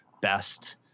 best